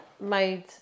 made